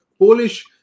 Polish